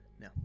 No